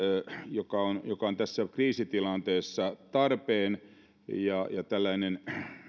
joka on joka on tässä kriisitilanteessa tarpeen ja tällainen